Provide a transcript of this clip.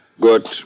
Good